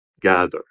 gather